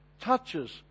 touches